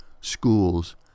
schools